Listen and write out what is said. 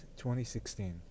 2016